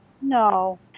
No